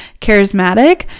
charismatic